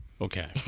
Okay